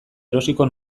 erosiko